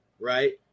right